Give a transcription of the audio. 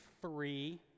three